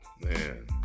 man